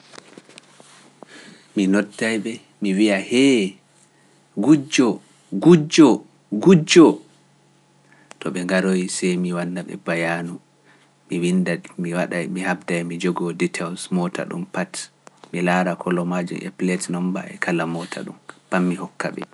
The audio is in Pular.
Mi nodday-ɓe mi wi'a hey, ngujjo!, ngujjo!!, ngujjo!!!, to ɓe ngaroyii sey mi wanna-ɓe bayaanu, mi winnda - mi waɗay - mi haɓay mi jogoo details moota ɗum pat, mi laara colour maajum e plate number e kala moota ɗum pat mi hokka-ɓe.